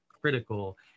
critical